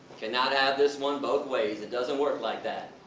cannot have this one both ways, it doesn't work like that.